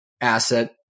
asset